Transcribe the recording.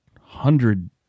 hundred